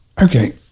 Okay